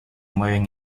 mueven